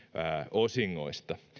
osingoista